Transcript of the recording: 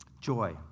joy